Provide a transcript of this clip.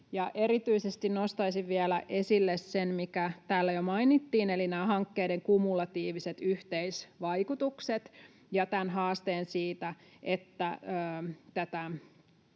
erityisesti nostaisin vielä esille sen, mikä täällä jo mainittiin, eli nämä hankkeiden kumulatiiviset yhteisvaikutukset ja tämän haasteen siitä, että näistä